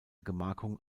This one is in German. gemarkung